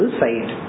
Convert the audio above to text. side